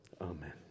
Amen